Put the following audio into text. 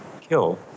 kill